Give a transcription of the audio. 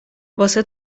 واسه